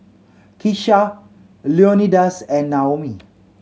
Kisha Leonidas and Naomi